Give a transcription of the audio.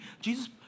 Jesus